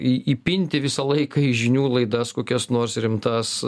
į įpinti visą laiką į žinių laidas kokias nors rimtas